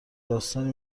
داستانی